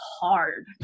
hard